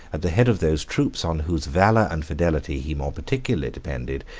at the head of those troops on whose valor and fidelity he more particularly depended,